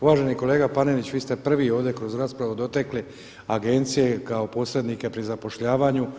Uvaženi kolega Panenić, vi ste prvi ovdje kroz raspravu dotakli agencije kao posrednike pri zapošljavanju.